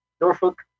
Norfolk